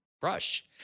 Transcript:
brush